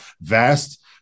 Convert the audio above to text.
vast